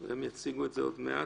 והם יציגו אותה עוד מעט.